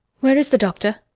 where is the doctor?